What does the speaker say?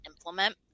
implement